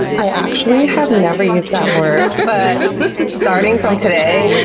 and i actually have never used that word, but starting from today,